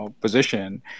position